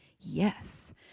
yes